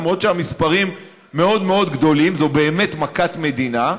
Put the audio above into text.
למרות שהמספרים מאוד מאוד גדולים וזאת באמת מכת מדינה,